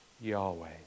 Yahweh